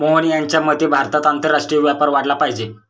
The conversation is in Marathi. मोहन यांच्या मते भारतात आंतरराष्ट्रीय व्यापार वाढला पाहिजे